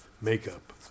makeup